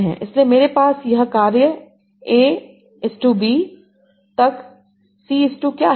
इसलिए मेरे पास यह कार्य है a b तक c क्या है